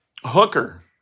Hooker